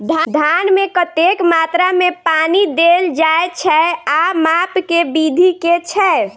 धान मे कतेक मात्रा मे पानि देल जाएँ छैय आ माप केँ विधि केँ छैय?